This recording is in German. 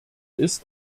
ist